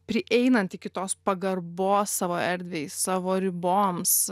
prieinant iki tos pagarbos savo erdvei savo riboms